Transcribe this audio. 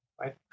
right